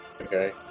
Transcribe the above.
Okay